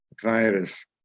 virus